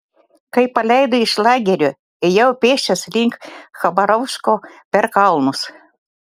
kai paleido iš lagerio ėjau pėsčias link chabarovsko per kalnus